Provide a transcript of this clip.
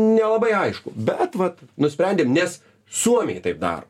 nelabai aišku bet vat nusprendėm nes suomiai taip daro